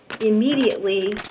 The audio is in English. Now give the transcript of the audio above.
immediately